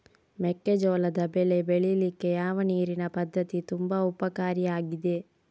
ಮೆಕ್ಕೆಜೋಳದ ಬೆಳೆ ಬೆಳೀಲಿಕ್ಕೆ ಯಾವ ನೀರಿನ ಪದ್ಧತಿ ತುಂಬಾ ಉಪಕಾರಿ ಆಗಿದೆ?